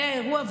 זה האירוע,